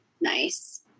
nice